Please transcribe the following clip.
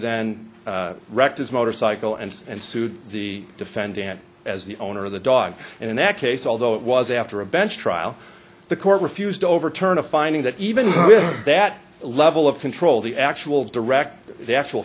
then wrecked his motorcycle and and sued the defendant as the owner of the dog in that case although it was after a bench trial the court refused to overturn a finding that even with that level of control the actual direct actual